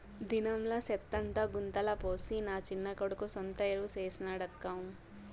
దినంలా సెత్తంతా గుంతల పోసి నా చిన్న కొడుకు సొంత ఎరువు చేసి నాడక్కా